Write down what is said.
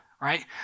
right